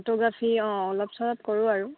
photography অঁ অলপ চলপ কৰোঁ আৰু